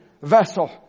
vessel